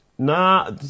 Nah